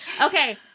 Okay